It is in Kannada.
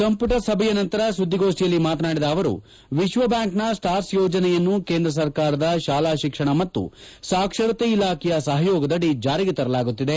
ಸಂಪುಟ ಸಭೆಯ ನಂತರ ಸುದ್ದಿಗೋಷ್ಠಿಯಲ್ಲಿ ಮಾತನಾಡಿದ ಅವರು ವಿಶ್ವಬ್ಹಾಂಕ್ನ ಸ್ಟಾರ್ಲ್ ಯೋಜನೆಯನ್ನು ಕೇಂದ್ರ ಸರ್ಕಾರದ ಶಾಲಾ ಶಿಕ್ಷಣ ಮತ್ತು ಸಾಕ್ಷರತೆ ಇಲಾಖೆಯ ಸಹಯೋಗದಡಿ ಜಾರಿಗೆ ತರಲಾಗುತ್ತಿದೆ